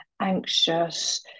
anxious